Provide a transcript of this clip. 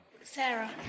Sarah